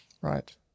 Right